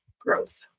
growth